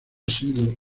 sido